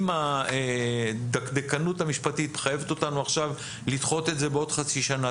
אם הדקדקנות המשפטנית מחייבת אותנו עכשיו לדחות את זה בעוד חצי שנה,